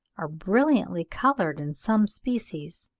are brilliantly coloured in some species.